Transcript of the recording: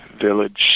village